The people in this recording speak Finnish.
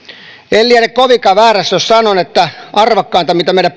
en ole kovinkaan väärässä jos sanon että arvokkainta mitä meidän